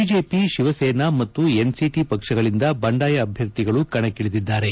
BJP Shiv Sena ಮತ್ತು NCP ಪಕ್ಷಗಳಿಂದ ಬಂಡಾಯ ಅಭ್ಯರ್ಥಿಗಳು ಕಣಕ್ಕಿ ಳಿದಿದ್ದಾರೆ